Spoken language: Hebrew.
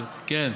כן.